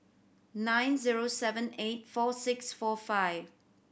nine zero seven eight four six four five